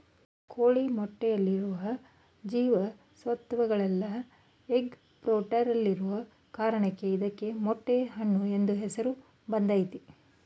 ಕೋಳಿ ಮೊಟ್ಟೆಯಲ್ಲಿರುವ ಜೀವ ಸತ್ವಗಳೆಲ್ಲ ಎಗ್ ಫ್ರೂಟಲ್ಲಿರೋ ಕಾರಣಕ್ಕೆ ಇದಕ್ಕೆ ಮೊಟ್ಟೆ ಹಣ್ಣು ಎಂಬ ಹೆಸರು ಬಂದಯ್ತೆ